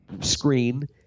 screen